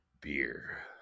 Beer